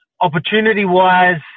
Opportunity-wise